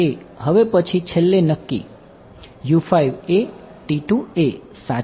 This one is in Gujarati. હવે પછી છેલ્લે નક્કી સાચું છે